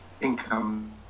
income